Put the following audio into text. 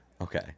Okay